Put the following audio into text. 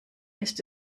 ist